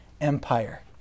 Empire